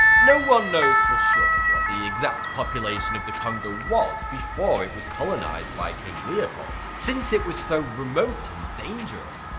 no one knows for sure what the exact population of the congo was before it was colonized by king leopold, since it was so remote and dangerous.